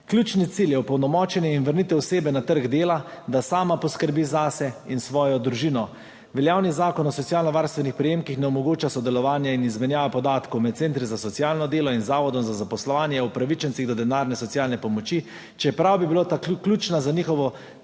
Ključni cilj je opolnomočenje in vrnitev osebe na trg dela, da sama poskrbi zase in svojo družino. Veljavni Zakon o socialno varstvenih prejemkih ne omogoča sodelovanja in izmenjave podatkov med centri za socialno delo in zavodom za zaposlovanje o upravičencih do denarne socialne pomoči, čeprav bi bila ta ključna za njihovo